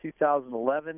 2011